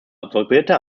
absolvierte